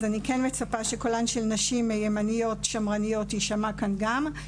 אז אני מצפה שקולן של נשים ימניות שמרניות יישמע כאן גם.